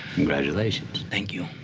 congratulations. thank you.